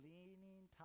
Leaning